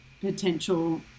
potential